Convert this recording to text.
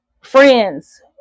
friends